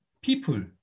people